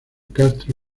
castro